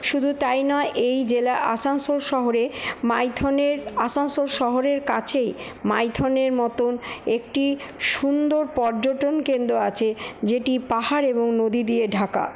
শুধু তাই নয় এই জেলার আসানসোল শহরে মাইথনের আসানসোল শহরের কাছেই মাইথনের মতন একটি সুন্দর পর্যটনকেন্দ্র আছে যেটি পাহাড় এবং নদী দিয়ে ঢাকা